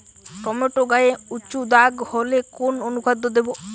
Tomato গায়ে উচু দাগ হলে কোন অনুখাদ্য দেবো?